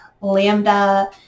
Lambda